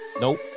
Nope